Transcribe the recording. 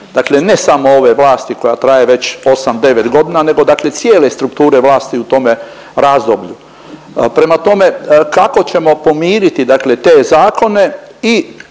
dakle ne samo ove vlasti koja traje već 8-9 godina nego dakle cijele strukture vlasti u tome razdoblju. Prema tome, kako ćemo pomiriti dakle te zakone i